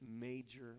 major